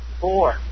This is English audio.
Four